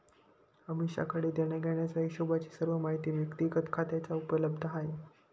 अमीषाकडे देण्याघेण्याचा हिशोबची सर्व माहिती व्यक्तिगत खात्यात उपलब्ध आहे